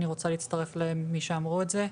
אני רוצה להצטרף לכל מי שאמר את זה.